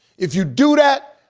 if you do that,